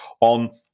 on